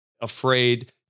afraid